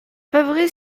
favorise